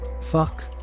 Fuck